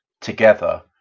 Together